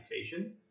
education